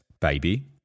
baby